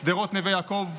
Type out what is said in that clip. שדרות נווה יעקב,